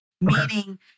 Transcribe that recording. Meaning